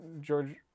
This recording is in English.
George